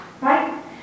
Right